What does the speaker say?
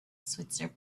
switzer